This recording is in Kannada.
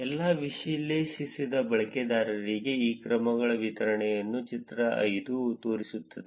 ಎಲ್ಲಾ ವಿಶ್ಲೇಷಿಸಿದ ಬಳಕೆದಾರರಿಗೆ ಈ ಕ್ರಮಗಳ ವಿತರಣೆಯನ್ನು ಚಿತ್ರ 5 ತೋರಿಸುತ್ತದೆ